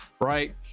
right